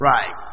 Right